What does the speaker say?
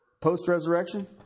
Post-resurrection